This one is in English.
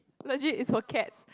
legit is for cats